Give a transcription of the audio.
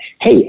hey